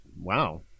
wow